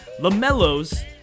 LaMelo's